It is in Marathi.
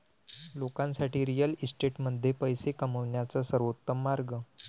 लोकांसाठी रिअल इस्टेटमध्ये पैसे कमवण्याचा सर्वोत्तम मार्ग